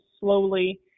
slowly